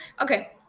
Okay